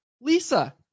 Lisa